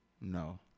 no